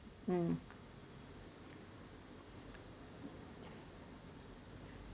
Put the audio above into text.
mm